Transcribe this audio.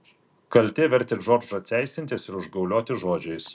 kaltė vertė džordžą teisintis ir užgaulioti žodžiais